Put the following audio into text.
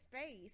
space